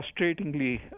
frustratingly